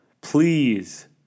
Please